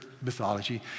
Mythology